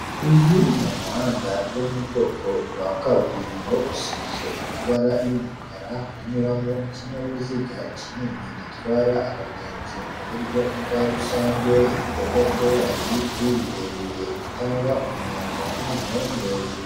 Uyu ni umuhanda wo mu bwoko bwa kaburimbo usize amabara y'umukara, uranyuramo ikinyabiziga kinini gitwara abagenzi mu buryo bwa rusange. Hirya gato hari ibiti birebire bitanga umuyaga n'amahumbezi.